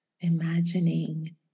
imagining